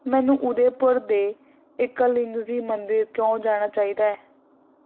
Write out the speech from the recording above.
ਮੈਨੂੰ ਉਦੇਪੁਰ ਦੇ ਇਕਲਿੰਗਜ਼ੀ ਮੰਦਿਰ ਕਿਉਂ ਜਾਣਾ ਚਾਹੀਦੈ